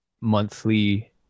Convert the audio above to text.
monthly